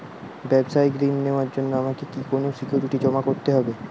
ব্যাবসায়িক ঋণ নেওয়ার জন্য আমাকে কি কোনো সিকিউরিটি জমা করতে হবে?